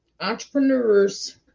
Entrepreneurs